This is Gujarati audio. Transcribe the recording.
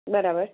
બરાબર